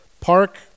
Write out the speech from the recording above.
park